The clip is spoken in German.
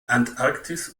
antarktis